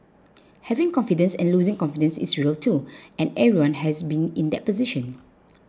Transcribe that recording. having confidence and losing confidence is real too and everyone has been in that position